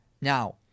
Now